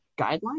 guidelines